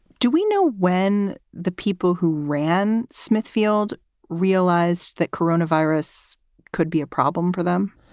do we know when the people who ran smithfield realize that corona virus could be a problem for them?